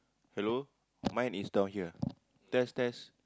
hello mine is down here test test